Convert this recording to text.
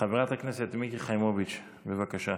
חברת הכנסת מיקי חיימוביץ', בבקשה.